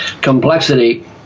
complexity